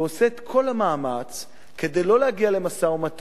ועושה את כל מאמץ כדי לא להגיע למשא-ומתן,